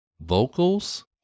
vocals